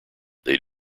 they